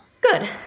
Good